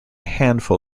handful